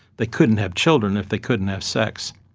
they couldn't have children if they couldn't have sex.